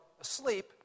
asleep